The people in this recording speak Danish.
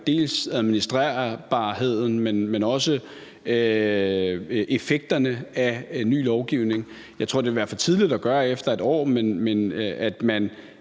både administrerbarheden, men også effekterne af ny lovgivning. Jeg tror, det vil være for tidligt at gøre efter 1 år, og jeg